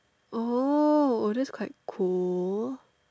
oh that's quite cool